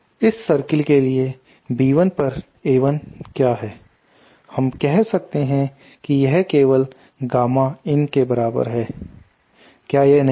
इस सर्कल के लिए B1 पर A1 क्या है हम कह सकते हैं कि यह केवल गामा in के बराबर है क्या यह नहीं है